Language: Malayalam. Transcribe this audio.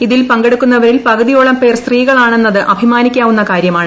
ഇതിൽ പങ്കെടുക്കുന്നവരിൽ പകുതിയോളം പേർ സ്ത്രീകളാണെന്നത് അഭിമാനിക്കാവുന്ന കാര്യമാണ്